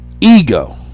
Ego